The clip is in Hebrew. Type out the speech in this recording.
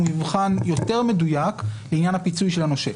מבחן יותר מדויק לעניין הפיצוי של הנושה.